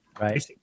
right